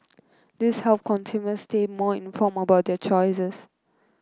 this help consumers stay more informed about their choices